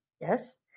Yes